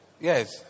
Yes